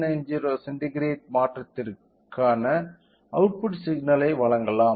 390 centigrade மாற்றத்திற்கான output signal ஐ வழங்கலாம்